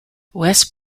west